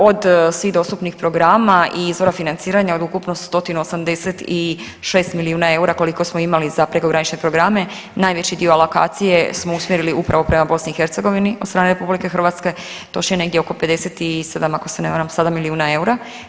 Od svih dostupnih programa i izvora financiranja od ukupno 186 milijuna eura koliko smo imali za prekogranične programe, najveći dio alokacije smo usmjerili upravo prema BiH od strane RH, točnije negdje oko 57, ako se ne varam, sada, milijuna eura.